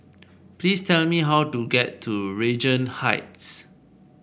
please tell me how to get to Regent Heights